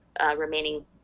remaining